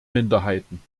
minderheiten